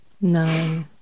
No